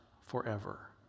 forever